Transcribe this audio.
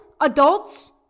adults